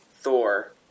Thor